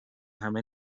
همه